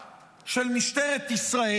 זה פרצופה של משטרת ישראל.